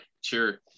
sure